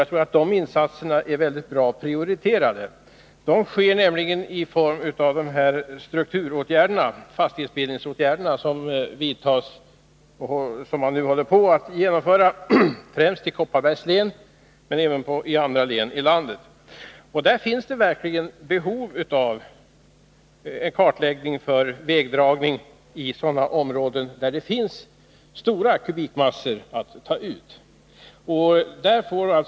Jag tror att dessa insatser är mycket bra prioriterade. De sker nämligen i form av de strukturåtgärder — fastighetsbildningsåtgärderna — som nu sätts in i främst Kopparbergs län, men även i andra län i landet. Där finns det verkligen behov av en kartläggning för vägdragning i sådana områden där det finns stora kubikmassor att ta ut.